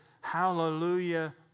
Hallelujah